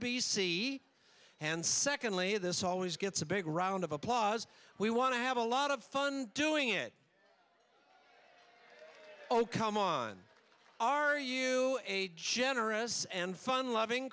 b c and secondly this always gets a big round of applause we want to have a lot of fun doing it oh come on are you a generous and fun loving